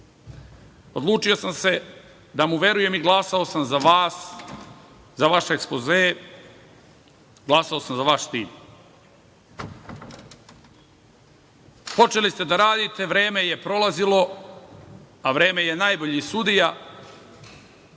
Odlučio sam se da mu verujem i glasao sam za vas, za vaš ekspoze, glasao sam za vaš tim. Počeli ste da radite, vreme je prolazilo, a vreme je najbolji sudija.